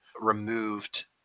removed